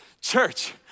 Church